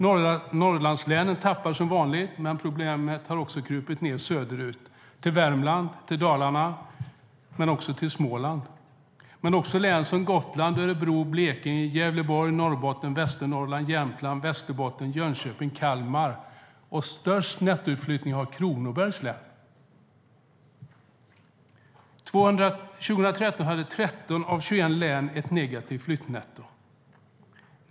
Norrlandslänen tappar som vanligt, men problemet har krupit söderut till Värmland, Dalarna och också till Småland. Den berör också län som Gotland, Örebro, Blekinge, Gävleborg, Norrbotten, Västernorrland, Jämtland, Västerbotten, Jönköping och Kalmar. Störst nettoutflyttning har Kronobergs län. År 2013 hade 13 av 21 län ett negativt flyttnetto.